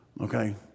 okay